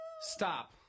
Stop